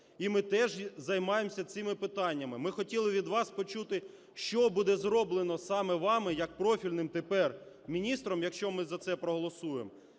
і ми теж займаємося цими питаннями. Ми хотіли від вас почути, що буде зроблено саме вами як профільним тепер міністром, якщо ми за це проголосуємо: